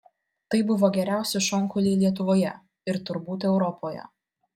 tai buvo geriausi šonkauliai lietuvoje ir turbūt europoje